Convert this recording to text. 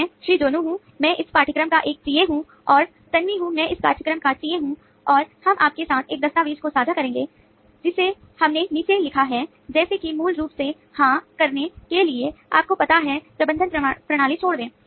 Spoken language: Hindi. तो मैं श्रीजोनी हूं मैं इस पाठ्यक्रम का एक TA हूं और तन्वी हूं मैं भी इस पाठ्यक्रम का TA हूं और हम आपके साथ इस दस्तावेज को साझा करेंगे जिसे हमने नीचे लिखा है जैसे कि मूल रूप से हां करने के लिए आपको पता है प्रबंधन प्रणाली छोड़ दें